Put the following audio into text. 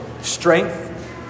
strength